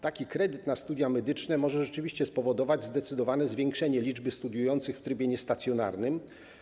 Taki kredyt na studia medyczne rzeczywiście może spowodować zdecydowane zwiększenie liczby osób studiujących w trybie niestacjonarnym.